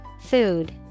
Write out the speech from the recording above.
Food